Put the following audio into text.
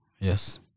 yes